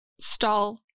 stall